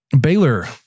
Baylor